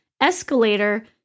escalator